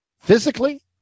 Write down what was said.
Physically